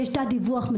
שיש תת דיווח,